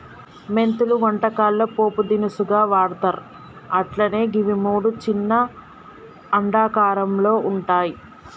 మెంతులను వంటకాల్లో పోపు దినుసుగా వాడ్తర్ అట్లనే గివి మూడు చిన్న అండాకారంలో వుంటయి